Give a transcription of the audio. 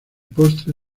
postre